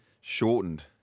Shortened